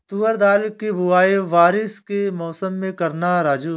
तुवर दाल की बुआई बारिश के मौसम में करना राजू